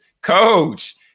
Coach